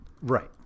Right